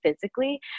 physically